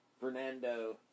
Fernando